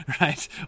right